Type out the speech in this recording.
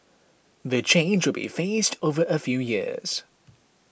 the change will be phased over a few years